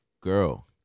girl